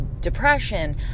depression